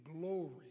glory